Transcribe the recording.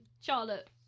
Charlotte